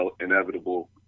inevitable